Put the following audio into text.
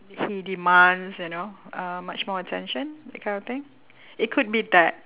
he demands you know uh much more attention that kind of thing it could be that